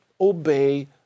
obey